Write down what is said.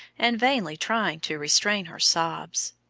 and vainly trying to restrain her sobs.